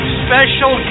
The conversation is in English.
special